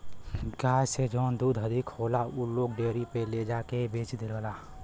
गाय से जौन दूध अधिक होला उ लोग डेयरी पे ले जाके के बेच देवला